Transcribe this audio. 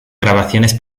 grabaciones